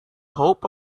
hope